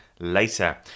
later